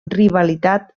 rivalitat